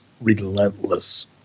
relentless